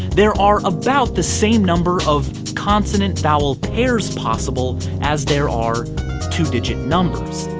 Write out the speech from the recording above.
there are about the same number of consonant-vowel pairs possible as there are two-digit numbers,